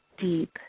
deep